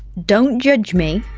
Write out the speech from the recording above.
don't judge me,